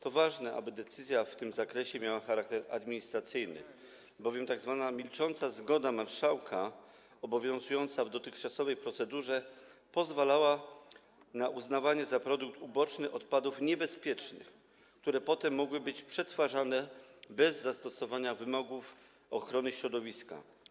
To ważne, aby decyzja w tym zakresie miała charakter administracyjny, bowiem tzw. milcząca zgoda marszałka obowiązująca w dotychczasowej procedurze pozwalała na uznawanie za produkt uboczny odpadów niebezpiecznych, które potem mogły być przetwarzane bez stosowania się do wymogów ochrony środowiska.